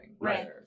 right